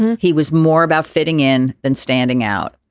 he was more about fitting in than standing out.